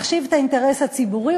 מחשיב את האינטרס הציבורי,